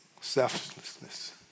selflessness